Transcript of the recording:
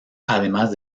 además